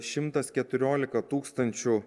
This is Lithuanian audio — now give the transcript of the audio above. šimtas keturiolika tūkstančių